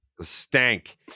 stank